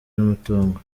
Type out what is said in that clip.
n’umutungo